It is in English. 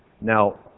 Now